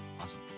Awesome